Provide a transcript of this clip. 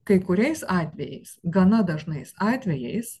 kai kuriais atvejais gana dažnais atvejais